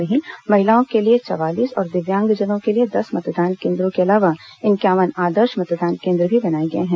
वहीं महिलाओं के लिए चवालीस और दिव्यांगजनों के लिए दस मतदान केन्द्रों के अलावा इंक्यावन आदर्श मतदान केन्द्र भी बनाए गए हैं